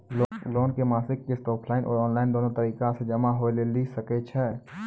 Loan के मासिक किस्त ऑफलाइन और ऑनलाइन दोनो तरीका से जमा होय लेली सकै छै?